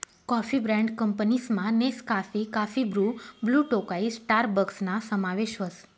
coffee brand कंपनीसमा Nescafe, coffee Bru, Blue Tokai स्टारबक्सना समावेश व्हस